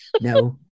no